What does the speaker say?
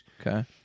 Okay